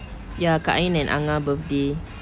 ya kak ain and angah birthday